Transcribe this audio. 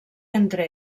entre